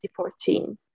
2014